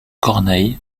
corneille